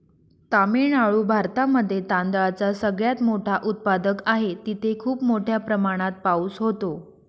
तामिळनाडू भारतामध्ये तांदळाचा सगळ्यात मोठा उत्पादक आहे, तिथे खूप मोठ्या प्रमाणात पाऊस होतो